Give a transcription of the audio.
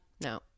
no